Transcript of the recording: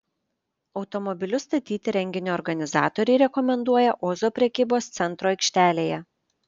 automobilius statyti renginio organizatoriai rekomenduoja ozo prekybos centro aikštelėje